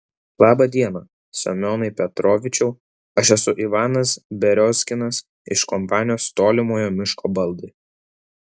laba diena semionai petrovičiau aš esu ivanas beriozkinas iš kompanijos tolimojo miško baldai